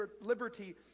liberty